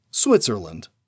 Switzerland